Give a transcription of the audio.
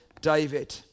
David